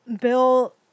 Bill